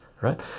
right